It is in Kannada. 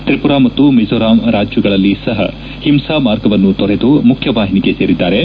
ತ್ರಿಪುರ ಮತ್ತು ಮಿಜೋರಾಂ ರಾಜ್ಗಳಲ್ಲೂ ಸಹ ಹಿಂಸಾ ಮಾರ್ಗವನ್ನು ತೊರೆದು ಮುಖ್ಯವಾಹಿನಿಗೆ ಸೇರಿದ್ದಾರೆ